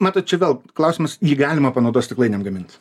na tai čia vėl klausimas jį galima panaudot stiklainiam gamint